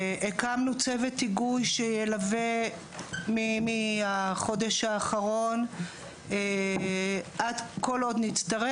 הקמנו צוות היגוי שילווה מהחודש האחרון כל עוד נצטרך.